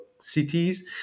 cities